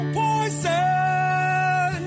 poison